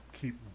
keep